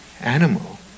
animal